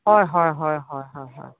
হয় হয় হয় হয় হয় হয়